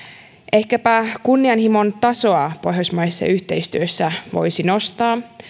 ehkäpä kunnianhimon tasoa pohjoismaisessa yhteistyössä voisi nostaa